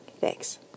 Thanks